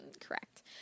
Correct